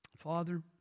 Father